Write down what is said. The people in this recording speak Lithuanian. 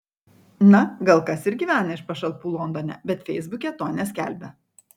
na gal kas ir gyvena iš pašalpų londone bet feisbuke to neskelbia